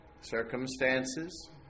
Circumstances